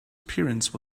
appearance